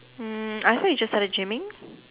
um I thought you just started gymming